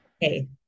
hey